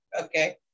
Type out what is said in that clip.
okay